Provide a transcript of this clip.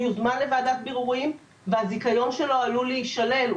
הוא יוזמן לוועדת בירורים והזיכיון שלו עלול להישלל.